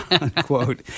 unquote